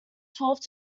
twelfth